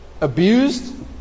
abused